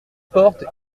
porte